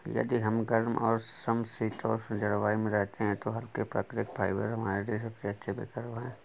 यदि हम गर्म और समशीतोष्ण जलवायु में रहते हैं तो हल्के, प्राकृतिक फाइबर हमारे लिए सबसे अच्छे विकल्प हैं